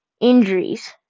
injuries